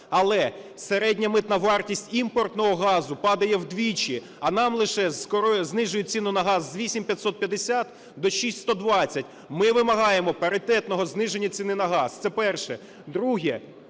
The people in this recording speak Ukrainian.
але середня митна вартість імпортного газу падає вдвічі, а нам лише знижують ціну на газ з 8,550 до 6,120. Ми вимагаємо паритетного зниження ціни на газ. Це перше. Друге.